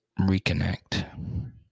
reconnect